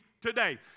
Today